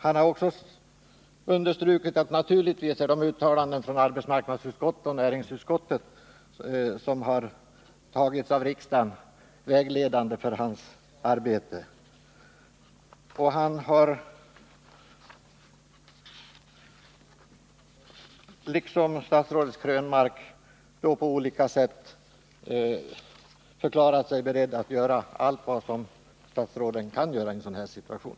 Han har också understrukit att naturligtvis är de uttalanden från arbetsmarknadsutskottet och näringsutskottet som antagits av riksdagen vägledande för hans arbete. Och han har liksom statsrådet 201 Krönmark på olika sätt förklarat sig beredd att göra allt vad ett statsråd kan göra i en sådan här situation.